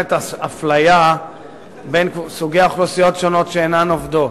אפליה בין אוכלוסיות שונות שאינן עובדות,